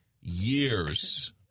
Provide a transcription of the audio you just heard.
years